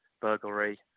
burglary